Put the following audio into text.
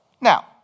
Now